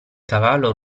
cavallo